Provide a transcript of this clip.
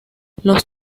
los